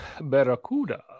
Barracuda